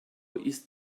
ist